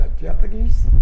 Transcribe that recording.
Japanese